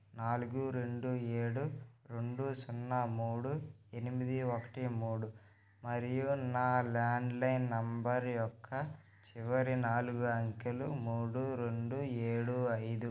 నాలుగు రెండు ఏడు రెండు సున్నా మూడు ఎనిమిది ఒకటి మూడు మరియు నా ల్యాండ్లైన్ నెంబర్ యొక్క చివరి నాలుగు అంకెలు మూడు రెండు ఏడు ఐదు